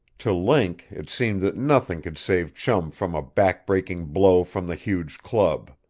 to link it seemed that nothing could save chum from a backbreaking blow from the huge club.